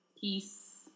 peace